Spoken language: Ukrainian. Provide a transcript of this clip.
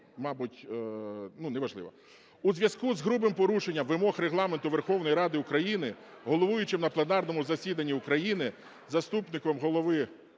У зв'язку з грубим порушенням вимог Регламенту Верховної Ради України головуючим на пленарному засіданні України заступником Голови...